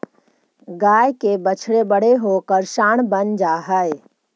गाय के बछड़े बड़े होकर साँड बन जा हई